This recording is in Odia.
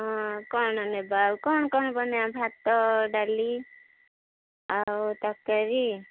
ହଁ କ'ଣ ନେବା ଆଉ କ'ଣ କ'ଣ ବନେଇବା ଭାତ ଡାଲି ଆଉ ତରକାରୀ